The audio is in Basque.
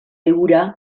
hura